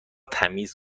تمیز